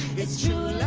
it's true